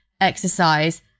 exercise